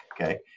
okay